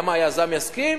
למה היזם יסכים?